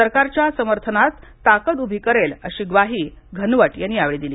सरकारच्या समर्थनात ताकद उभी करेलअशी ग्वाही घनवट यांनी दिली